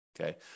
okay